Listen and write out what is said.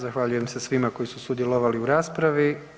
Zahvaljujem se svima koji su sudjelovali u raspravi.